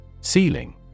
Ceiling